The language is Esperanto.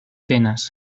venas